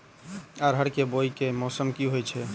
अरहर केँ बोवायी केँ मौसम मे होइ छैय?